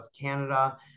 Canada